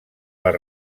les